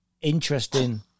Interesting